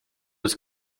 ist